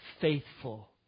faithful